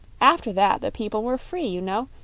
after that the people were free, you know,